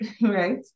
right